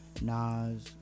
Nas